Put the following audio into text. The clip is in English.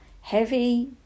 heavy